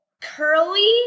curly